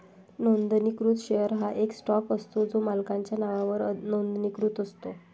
नोंदणीकृत शेअर हा एक स्टॉक असतो जो मालकाच्या नावावर नोंदणीकृत असतो